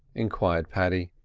enquired paddy.